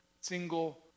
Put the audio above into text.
single